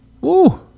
Woo